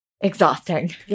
exhausting